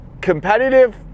competitive